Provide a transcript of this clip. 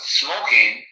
smoking